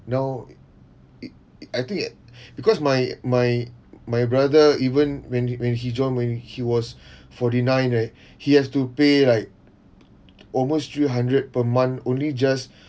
now i~ i~ I think eh because my my my brother even when when he joined when he was forty nine right he has to pay like almost three hundred per month only just